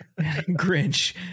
Grinch